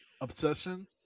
obsession